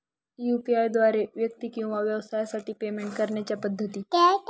UPI द्वारे व्यक्ती किंवा व्यवसायांसाठी पेमेंट करण्याच्या पद्धती